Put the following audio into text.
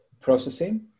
processing